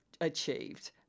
achieved